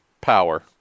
power